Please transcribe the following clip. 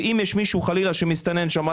ואם יש מישהו חלילה שמסתנן שם,